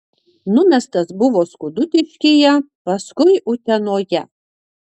numestas buvo skudutiškyje paskui utenoje